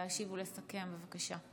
להשיב ולסכם, בבקשה.